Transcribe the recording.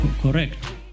correct